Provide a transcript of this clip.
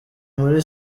muri